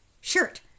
shirt